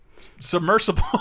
submersible